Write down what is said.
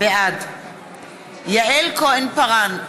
בעד יעל כהן-פארן,